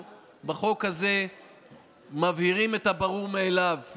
בחוק הזה אנחנו מבהירים את הברור מאליו,